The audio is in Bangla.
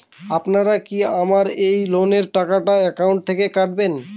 আপনারা কি আমার এই লোনের টাকাটা একাউন্ট থেকে কাটবেন?